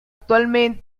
actualmente